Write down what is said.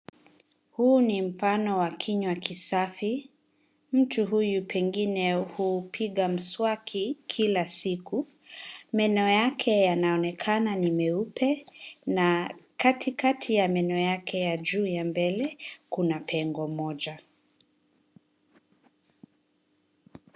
Huu ni mfano wa kinywa kisafi, mtu huyu pengine hupiga mswaki kila siku meno yake yanaonekana ni meupe na katikati ya meno yake ya juu ya mbele kuna pengo moja.